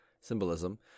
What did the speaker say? symbolism